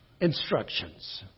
instructions